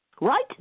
Right